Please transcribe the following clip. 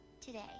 today